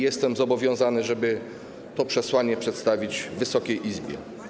Jestem zobowiązany, żeby to przesłanie przedstawić Wysokiej Izbie.